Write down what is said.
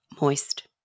Moist